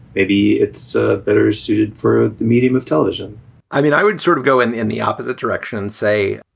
maybe it's ah better suited for the medium of television i mean, i would sort of go in the opposite direction, say,